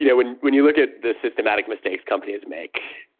you know when when you look at the systematic mistakes companies make,